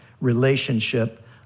relationship